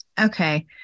Okay